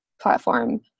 platform